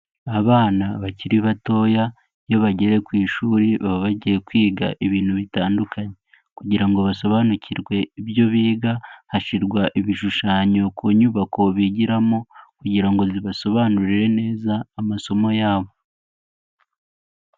Abana bakiri batoya iyo bageze ku ishuri baba bagiye kwiga ibintu bitandukanye, kugira ngo basobanukirwe ibyo biga hashyirwa ibishushanyo ku nyubako bigiramo kugira ngo zibasobanurire neza amasomo yabo.